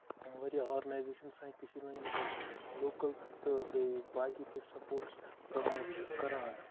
واریاہ اوٚرگنایزیشَن سانہِ کٔشیٖرِ منٛز یِم زن لوکل تہٕ بیٚیہِ باقٕے تہِ سَپوٹٕس پراموٹ چھِ کران